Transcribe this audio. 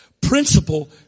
principle